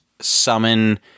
summon